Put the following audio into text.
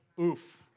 Oof